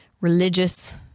religious